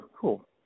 Cool